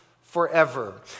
forever